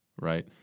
right